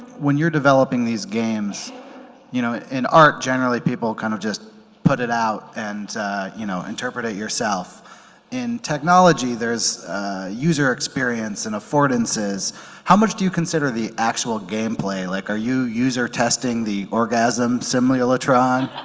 when you're developing these games you know in art generally people kind of just put it out and you know interpret it yourself in technology there's user experience and affordances how much do you consider the actual gameplay like are you user testing the orgasm simulate ron